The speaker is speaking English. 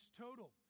total